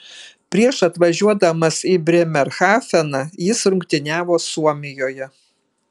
prieš atvažiuodamas į brėmerhafeną jis rungtyniavo suomijoje